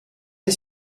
est